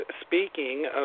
speaking